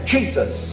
Jesus